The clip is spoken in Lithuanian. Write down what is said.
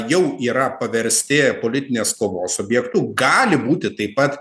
jau yra paversti politinės kovos objektu gali būti taip pat